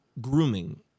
Grooming